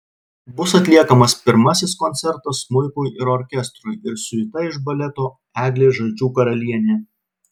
bus atliekamas pirmasis koncertas smuikui ir orkestrui ir siuita iš baleto eglė žalčių karalienė